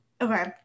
okay